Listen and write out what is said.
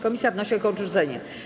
Komisja wnosi o ich odrzucenie.